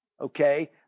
Okay